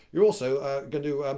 you're also going to uhm,